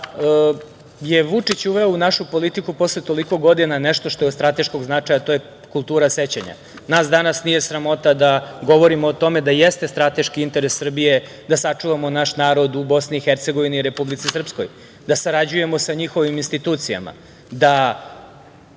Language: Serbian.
da je Vučić uveo u našu politiku posle toliko godina nešto što je od strateškog značaja, a to je kultura sećanja. Nas danas nije sramota da govorimo o tome da jeste strateški interes Srbije da sačuvamo naš narod u Bosni i Hercegovini i Republici Srpskoj, da sarađujemo sa njihovim institucijama, da